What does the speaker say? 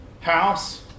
house